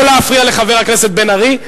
חבר הכנסת מיכאל בן-ארי,